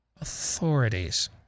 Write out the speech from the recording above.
Authorities